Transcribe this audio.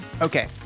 Okay